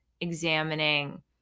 examining